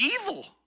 evil